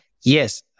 Yes